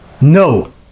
No